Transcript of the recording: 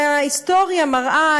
ההיסטוריה מראה,